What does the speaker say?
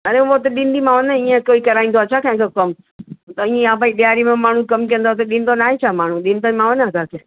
अरे वो त ॾींदीमाव न ईअं कोई कराईंदो आहे छा कंहिंखां कम त ईअं या भाई ॾियारी में माण्हू कम कंदो आहे त ॾींदो न आहे छा माण्हू ॾींदीमाव न तव्हांखे